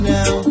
Now